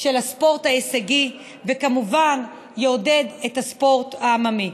של הספורט ההישגי, וכמובן יעודד את הספורט העממי.